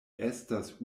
estas